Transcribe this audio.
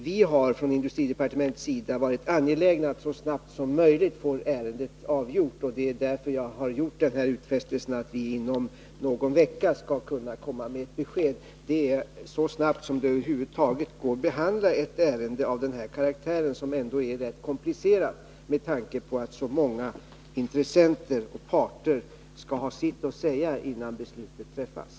Vi har från industridepartementets sida varit angelägna om att så snabbt som möjligt få ärendet avgjort. Det är därför jag har gjort utfästelsen att vi inom någon vecka skall komma med ett besked. Det är så snabbt som det över huvud taget går att behandla ett ärende av denna karaktär, som är rätt komplicerat med tanke på att så många intressenter och parter skall säga sitt innan beslutet fattas.